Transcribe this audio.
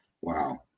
Wow